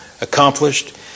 accomplished